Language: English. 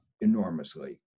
enormously